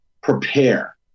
prepare